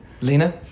Lena